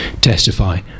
testify